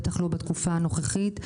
בטח לא בתקופה הנוכחית,